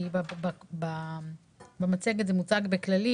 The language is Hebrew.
כי במצגת זה מוצג באופן כללי,